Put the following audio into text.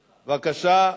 בבקשה,